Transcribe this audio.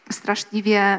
straszliwie